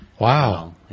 Wow